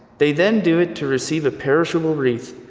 they then do it to receive a perishable wreath,